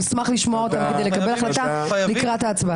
פסוק אחר הוא הפסוק בתחילת ספר